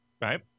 right